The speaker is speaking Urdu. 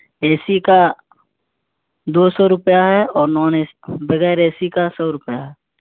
اے سی کا دو سو روپیہ ہے اور نان اے سی بغیر اے سی کا سو روپیہ ہے